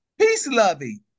peace-loving